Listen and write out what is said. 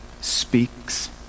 speaks